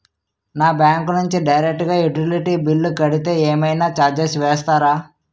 నా బ్యాంక్ నుంచి డైరెక్ట్ గా యుటిలిటీ బిల్ కడితే ఏమైనా చార్జెస్ వేస్తారా?